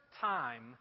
time